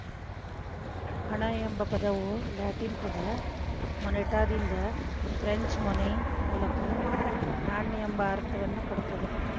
ಹಣ ಎಂಬ ಪದವು ಲ್ಯಾಟಿನ್ ಪದ ಮೊನೆಟಾದಿಂದ ಫ್ರೆಂಚ್ ಮೊನೈ ಮೂಲಕ ನಾಣ್ಯ ಎಂಬ ಅರ್ಥವನ್ನ ಕೊಡ್ತದ